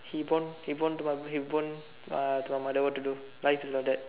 he born he born to my he born uh to my mother what to do life is like that